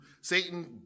Satan